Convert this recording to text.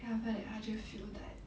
then after that 他就 feel that